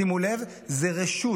שימו לב, זה רשות.